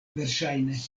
verŝajne